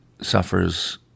suffers